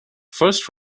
first